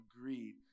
agreed